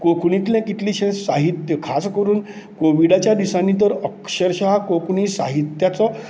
कोंकणींतलें कितलेंशें साहित्य खास करून कोविडाच्या दिसांनी तर अक्षरशा कोंकणी साहित्याचो